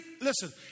Listen